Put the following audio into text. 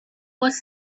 was